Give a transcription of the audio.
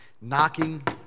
knocking